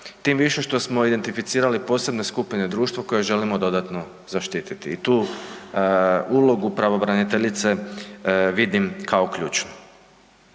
tim više što smo identificirali posebne skupine društva koje želimo dodatno zaštititi i tu ulogu pravobraniteljice vidim kao ključnu.